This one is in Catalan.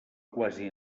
quasi